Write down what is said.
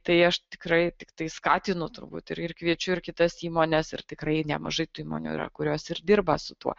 tai aš tikrai tiktai skatinu turbūt ir ir kviečiu ir kitas įmones ir tikrai nemažai įmonių yra kurios ir dirba su tuo